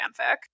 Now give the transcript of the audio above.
fanfic